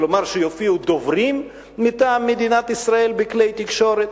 כלומר שיופיעו דוברים מטעם מדינת ישראל בכלי תקשורת?